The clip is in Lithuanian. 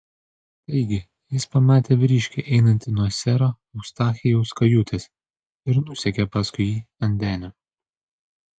taigi jis pamatė vyriškį einantį nuo sero eustachijaus kajutės ir nusekė paskui jį ant denio